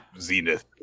zenith